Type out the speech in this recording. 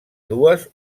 dues